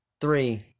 three